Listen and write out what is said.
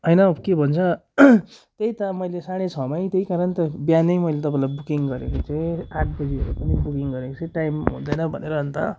होइन हौ के भन्छ त्यही त मैले साँढे छमै त्यही कारण त बिहानै मैले तपाईँलाई बुकिङ गरेको थिएँ आठ बजी टाइम हुँदैन भनेर अन्त